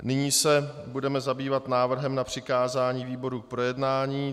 Nyní se budeme zabývat návrhem na přikázání výboru k projednání.